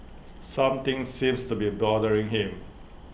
something seems to be bothering him